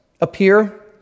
appear